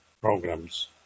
programs